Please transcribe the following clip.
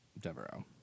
Devereaux